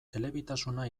elebitasuna